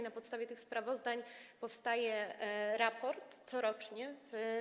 Na podstawie tych sprawozdań powstaje raport, corocznie.